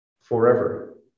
forever